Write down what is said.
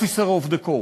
officer of the court.